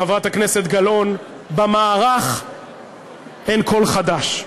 חברת הכנסת גלאון במערך אין כל חדש.